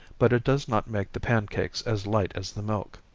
but it does not make the pancakes as light as the milk.